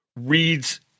reads